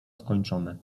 skończone